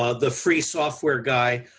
ah the free software guy.